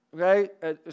Okay